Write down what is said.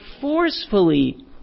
forcefully